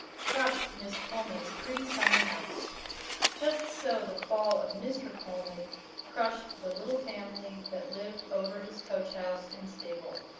crushed miss coleman's pretty summer-house just so the fall of mr. coleman crushed the little family that lived over his coach-house and stable.